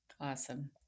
Awesome